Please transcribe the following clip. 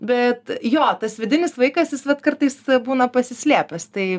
bet jo tas vidinis vaikas jis vat kartais būna pasislėpęs tai